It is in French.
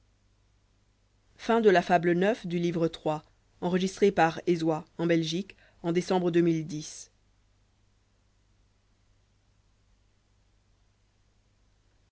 la fable de